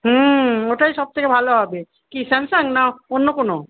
হুম ওটাই সব থেকে ভালো হবে কি স্যামসাং না অন্য কোনো